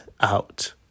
out